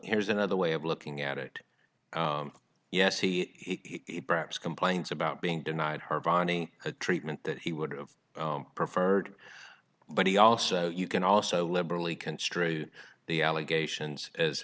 here's another way of looking at it yes he perhaps complains about being denied her vonnie a treatment that he would have preferred but he also you can also liberally construe the allegations as